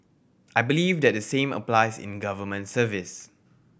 I believe that the same applies in government service